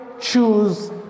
choose